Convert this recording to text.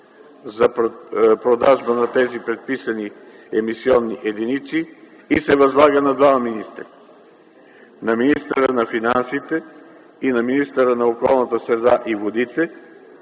за продажба на тези предписани емисионни единици и се възлага на двама министри – на министъра на финансите и на министъра на околната среда и водите,